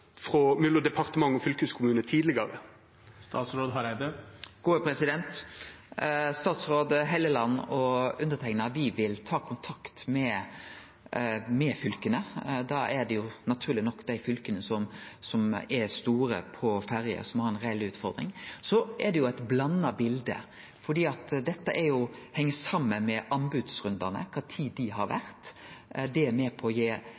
departement og fylkeskommune tidlegare? Statsråd Hofstad Helleland og underteikna vil ta kontakt med fylka. Det er naturleg nok dei fylka som er store når det gjeld ferjer, og som har ei reell utfordring. Det er jo eit blanda bilde, for dette heng saman med anbodsrundane og kva tid dei har vore. Det er med på å